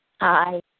Hi